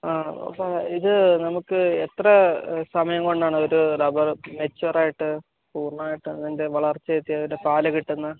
ആ അപ്പം ഇത് നമുക്ക് എത്ര സമയം കൊണ്ടാണ് ഒരു റബ്ബർ മെച്വറായിട്ട് പൂർണ്ണമായിട്ടതിൻ്റെ വളർച്ചയെത്തി അതിൻ്റെ പാൽ കിട്ടുന്നത്